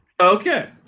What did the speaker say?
Okay